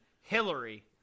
Hillary